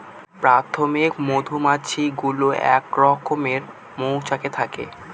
প্রাথমিক মধুমাছি গুলো এক রকমের মৌচাকে থাকে